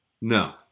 no